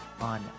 on